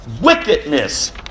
wickedness